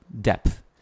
depth